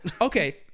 Okay